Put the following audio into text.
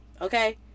okay